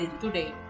today